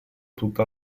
tutta